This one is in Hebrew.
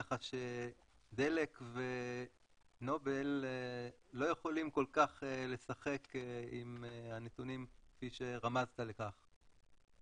כך שדלק ונובל לא יכולים כל כך לשחק עם הנתונים כפי שרמזת לכך.